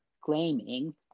claiming